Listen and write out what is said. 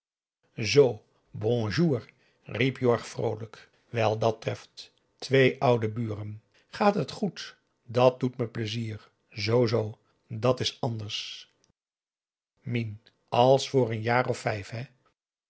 bonjour riep jorg vroolijk wel dat treft twee oude buren gaat het goed dat doet me pleizier zoo zoo dat is anders mien als voor n jaar of vijf